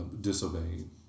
disobeying